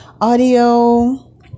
audio